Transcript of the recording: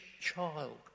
child